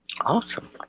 Awesome